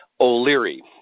O'Leary